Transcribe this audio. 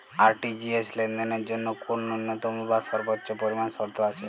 RTGS লেনদেনের জন্য কোন ন্যূনতম বা সর্বোচ্চ পরিমাণ শর্ত আছে?